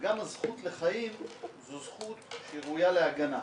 שגם הזכות לחיים זו זכות שראויה להגנה.